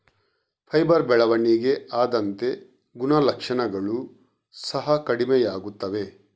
fibre ಬೆಳವಣಿಗೆ ಆದಂತೆ ಗುಣಲಕ್ಷಣಗಳು ಸಹ ಕಡಿಮೆಯಾಗುತ್ತವೆ